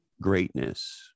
Greatness